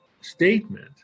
statement